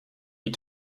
die